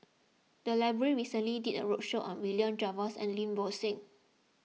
the library recently did a roadshow on William Jervois and Lim Bo Seng